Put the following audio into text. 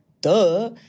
Duh